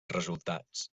resultats